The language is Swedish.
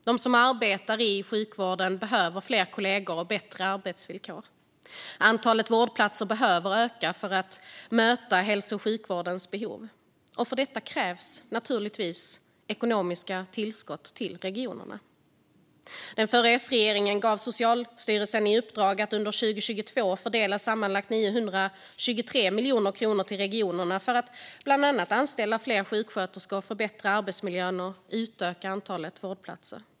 De som arbetar i sjukvården behöver fler kollegor och bättre arbetsvillkor. Antalet vårdplatser behöver öka för att möta hälso och sjukvårdens behov. Och för detta krävs naturligtvis ekonomiska tillskott till regionerna. Den förra S-regeringen gav Socialstyrelsen i uppdrag att under 2022 fördela sammanlagt 923 miljoner kronor till regionerna för att bland annat anställa fler sjuksköterskor, förbättra arbetsmiljön och utöka antalet vårdplatser.